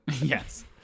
yes